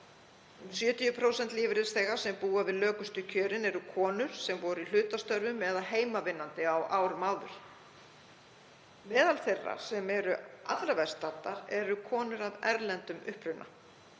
70% lífeyrisþega sem búa við lökustu kjörin eru konur sem voru í hlutastörfum eða heimavinnandi á árum áður. Meðal þeirra sem eru allra verst staddar eru konur af erlendum uppruna.